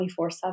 24-7